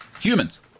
Humans